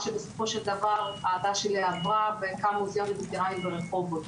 מה שבסופו של דבר הבת שלי עברה והקמנו מוזיאון לווטרנים ברחובות,